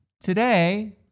Today